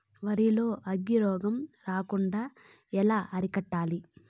వరి లో అగ్గి రోగం రాకుండా ఎలా అరికట్టాలి?